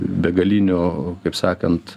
begalinių kaip sakant